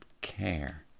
care